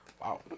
Wow